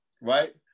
right